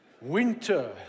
Winter